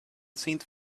saint